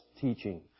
teaching